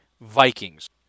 Vikings